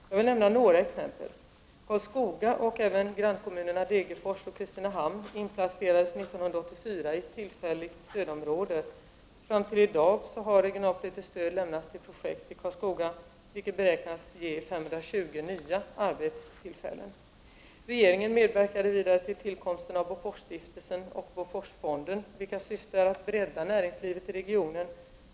Jag vill nämna några exempel: Karlskoga, och även grannkommunerna Degerfors och Kristinehamn, inplacerades 1984 i tillfälligt stödområde. Fram till i dag har regionalpolitiskt stöd lämnats till olika projekt i Karlskoga, vilket beräknas ge 520 nya arbetstillfällen. Regeringen medverkade vidare till tillkomsten av Boforsstiftelsen och Boforsfonden, vilkas syfte är att bredda näringslivet i regionen.